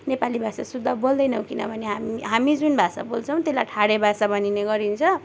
नेपाली भाषा शुद्ध बोल्दैनौँ किनभने हाम हामी जुन भाषा बोल्छौँ त्यसलाई ठाडे भाषा भनिने गरिन्छ